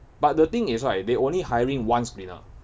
but the thing is right they only hiring one screener